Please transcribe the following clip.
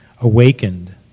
awakened